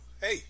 Hey